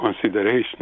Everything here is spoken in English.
consideration